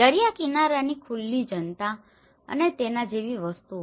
દરિયા કિનારાની ખુલ્લી જનતા અને તેના જેવી વસ્તુઓ